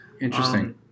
Interesting